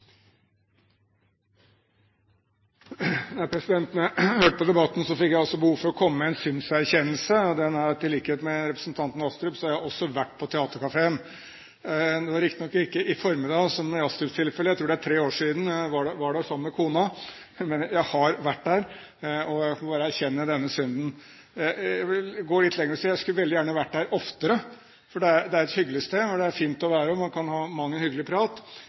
i likhet med representanten Astrup har jeg også vært på Theatercaféen. Det var riktignok ikke i formiddag, som i Astrups tilfelle. Jeg tror det var tre år siden jeg var der sammen med kona. Men jeg har vært der, og jeg må bare erkjenne den synden. Jeg vil gå litt lenger og si at jeg skulle gjerne ha vært der oftere, for det er et hyggelig sted hvor det er fint å være, og man kan ha mang en hyggelig